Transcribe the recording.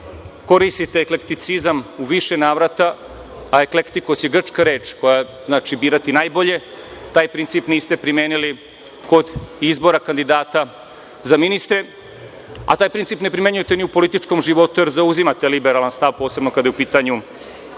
koristite klepticizam u više navrata, a eklektikos je grča reč koja znači birati najbolje, taj princip niste primenili kod izbora kandidata za ministre, a taj princip ne primenjujete ni u političkom životu, jer zauzimate liberalan stav, posebno kada je u pitanju